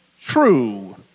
true